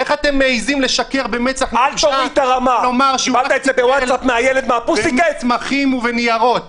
איך אתם מעיזים לשקר במצח נחושה ולומר שהוא רק טיפל במסמכים ובניירות?